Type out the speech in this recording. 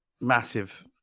massive